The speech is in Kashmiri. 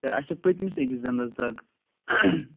سر اَسہِ چھِ پٔتمِس أکِس دنٛدس دَگ